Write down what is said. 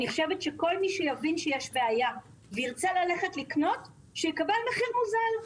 כל מי שיבין שיש בעיה וירצה לקנות שיקבל מחיר מוזל.